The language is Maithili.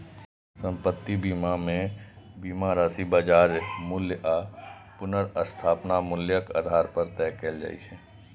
संपत्ति बीमा मे बीमा राशि बाजार मूल्य आ पुनर्स्थापन मूल्यक आधार पर तय कैल जाइ छै